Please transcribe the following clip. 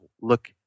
look